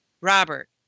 Robert